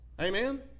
Amen